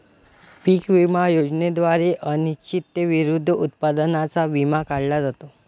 पीक विमा योजनेद्वारे अनिश्चिततेविरुद्ध उत्पादनाचा विमा काढला जातो